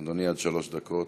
אדוני, עד שלוש דקות.